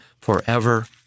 forever